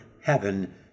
heaven